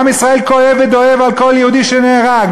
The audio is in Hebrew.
עם ישראל כואב ודואב על כל יהודי שנהרג.